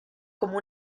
como